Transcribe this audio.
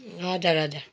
हजुर हजुर